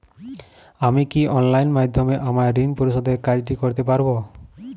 আমি কি অনলাইন মাধ্যমে আমার ঋণ পরিশোধের কাজটি করতে পারব?